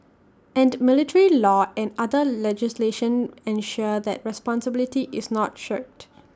and military law and other legislation ensure that responsibility is not shirked